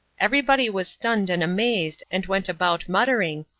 everybody was stunned and amazed, and went about muttering,